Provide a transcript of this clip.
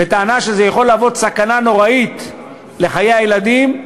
בטענה שזה יכול להוות סכנה נוראית לחיי הילדים,